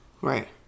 Right